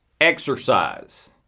exercise